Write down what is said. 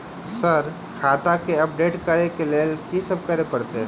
Sir खाता केँ update करऽ लेल की सब करै परतै?